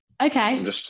Okay